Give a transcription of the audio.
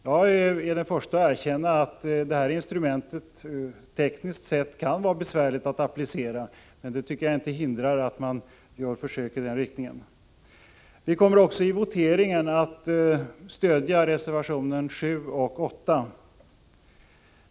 Jag är den förste att erkänna att detta instrument tekniskt sett kan vara besvärligt att applicera. Men jag tycker inte att det hindrar att man gör försök i denna riktning. Vi kommer i voteringarna även att stödja reservationerna 7 och 8.